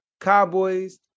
Cowboys